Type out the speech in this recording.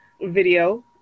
video